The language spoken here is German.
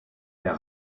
der